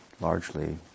largely